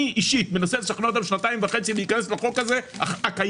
אני אישית מנסה לשכנע אותם שנתיים וחצי להיכנס לחוק הזה הקיים,